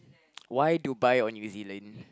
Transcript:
why Dubai or New-Zealand